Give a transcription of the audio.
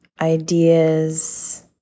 ideas